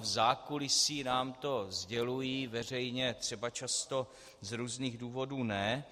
V zákulisí nám to sdělují, veřejně třeba často z různých důvodů ne.